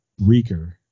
Reeker